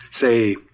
Say